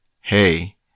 hey